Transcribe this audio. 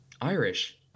Irish